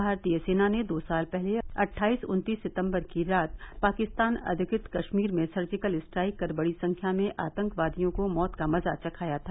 भारतीय सेना ने दो साल पहले अट्ठाइस उनतीस सितम्बर की रात पाकिस्तान अधिकृत कश्मीर में सर्जिकल स्ट्राइक कर बड़ी संख्या में आतंकवादियों को मौत का मज़ा चखाया था